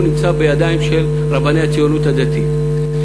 הוא נמצא בידיים של רבני הציונות הדתית.